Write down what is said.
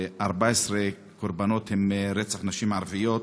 ו-14 קורבנות הן נשים ערביות,